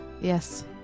Yes